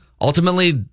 ultimately